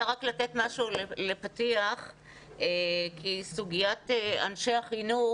אני רק רוצה לתת משהו לפתיח כי סוגיית אנשי החינוך